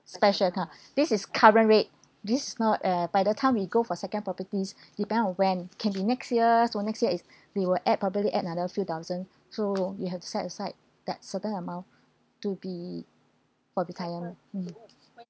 special account this is current rate this is not uh by the time we go for second properties depends on when can be next year so next year is they will add probably another few thousand so you have to set aside that certain amount to be for retire mm